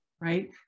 right